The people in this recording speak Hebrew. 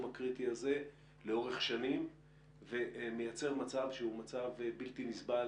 הקריטי הזה לאורך שנים ומייצר מצב שהוא מצב בלתי נסבל